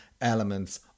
elements